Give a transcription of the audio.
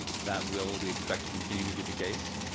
that will, we expect, continue to be the case.